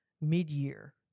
mid-year